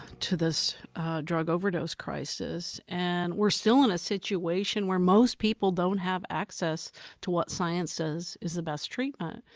to this drug overdose crisis. and we're still in a situation where most people don't have access to what science says is the best treatment,